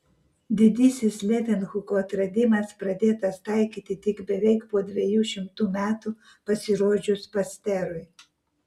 didysis levenhuko atradimas pradėtas taikyti tik beveik po dviejų šimtų metų pasirodžius pasterui